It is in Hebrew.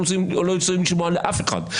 ולא רוצים לשמוע לאף אחד.